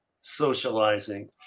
socializing